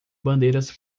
bandeiras